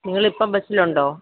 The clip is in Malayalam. നിങ്ങളിപ്പം ബസ്സിലുണ്ടോ